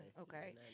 okay